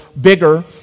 bigger